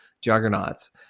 juggernauts